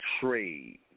trade